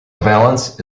valance